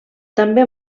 també